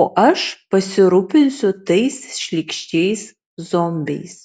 o aš pasirūpinsiu tais šlykščiais zombiais